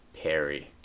Perry